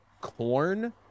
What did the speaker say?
corn